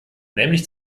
nämlich